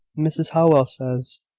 mrs howell says,